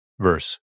verse